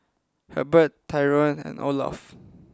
Herbert Tyron and Olof